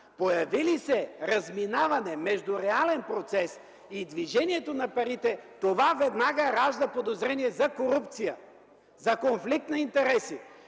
Появи ли се разминаване между реален процес и движението на парите това веднага ражда подозрение за корупция, за конфликт на интереси.